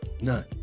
None